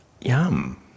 Yum